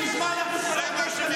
תעשו בהסכמה.